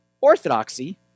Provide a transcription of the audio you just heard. orthodoxy